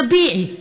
"טביעי".